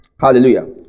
Hallelujah